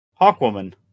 Hawkwoman